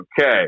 okay